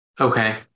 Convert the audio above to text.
Okay